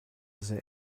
sehr